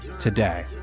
today